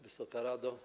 Wysoka Rado!